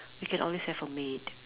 we can always have a maid